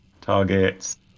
targets